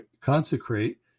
consecrate